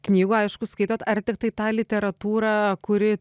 knygų aišku skaitot ar tiktai tą literatūrą kuri